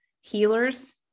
healers